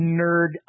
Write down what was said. nerd